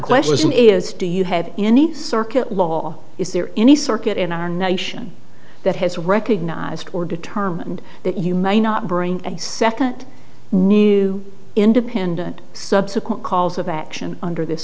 question is do you have any circuit law is there any circuit in our nation that has recognized or determined that you may not bring a second new independent subsequent calls of action under this